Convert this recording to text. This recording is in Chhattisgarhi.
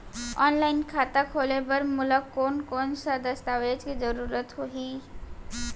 ऑनलाइन खाता खोले बर मोला कोन कोन स दस्तावेज के जरूरत होही?